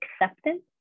acceptance